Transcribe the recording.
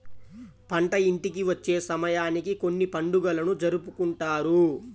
పంట ఇంటికి వచ్చే సమయానికి కొన్ని పండుగలను జరుపుకుంటారు